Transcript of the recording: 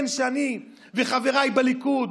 שאני וחבריי בליכוד,